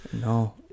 No